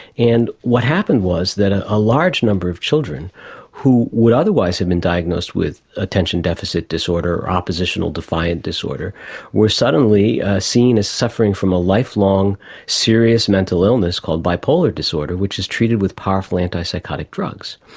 and what happened was that ah a large number of children who would otherwise have been diagnosed with attention deficit disorder or oppositional defiant disorder were suddenly seen as suffering from a lifelong serious mental illness called bipolar disorder which is treated with powerful antipsychotic drugs.